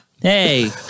Hey